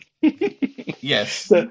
yes